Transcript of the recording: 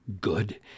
good